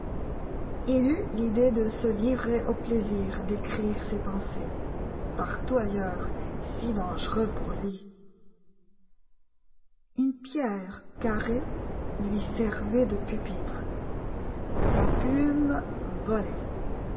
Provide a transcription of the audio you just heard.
eut l'idée de se livrer au plaisir d'écrire ses pensées partout ailleurs si dangereux pour lui une pierre carrée lui servait de pupitre sa plume volait